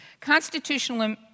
Constitutional